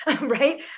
right